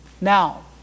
Now